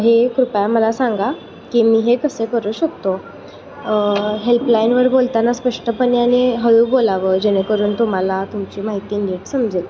हे कृपया मला सांगा की मी हे कसे करू शकतो हेल्पलाईनवर बोलताना स्पष्टपणे आणि हळू बोलावं जेणेकरून तुम्हाला तुमची माहिती निट समजेल